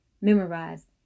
memorize